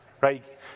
Right